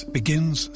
begins